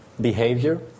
behavior